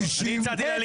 התייעצות סיעתית.